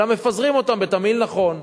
אלא מפזרים אותן בתמהיל נכון.